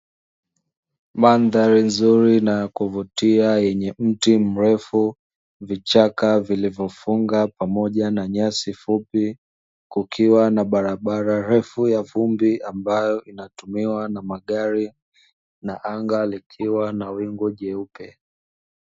Mandhari nzuri na ya kuvutia yenye mti mrefu, vichaka vilivyofunga pamoja na nyasi fupi kukiwa na barabara refu ya vumbi ambayo inatumiwa na magari; na anga likiwa na wingu jeupe.